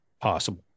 possible